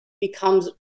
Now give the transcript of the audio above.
becomes